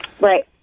Right